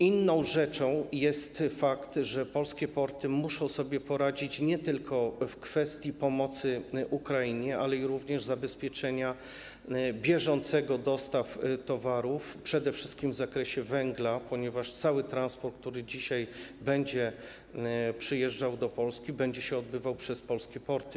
Inną rzeczą jest fakt, że polskie porty muszą sobie poradzić nie tylko w kwestii pomocy Ukrainie, ale również bieżącego zabezpieczenia dostaw towarów, przede wszystkim, jeżeli chodzi o węgiel, ponieważ cały transport, który dzisiaj będzie przyjeżdżał do Polski, będzie się odbywał przez polskie porty.